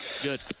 Good